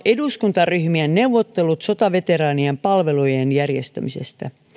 eduskuntaryhmien neuvottelut sotaveteraanien palvelujen järjestämisestä